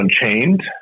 Unchained